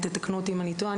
תקנו אותי אם אני טועה,